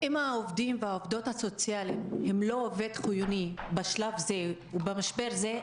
אם העובדים והעובדות הסוציאליים הם לא עובד חיוני בשלב זה ובמשבר זה,